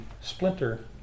splinter